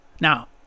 Now